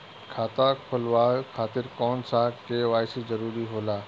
खाता खोलवाये खातिर कौन सा के.वाइ.सी जरूरी होला?